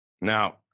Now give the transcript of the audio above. Now